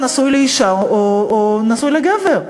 נשוי לאישה או נשוי לגבר.